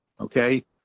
Okay